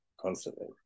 constantly